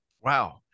Wow